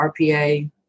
RPA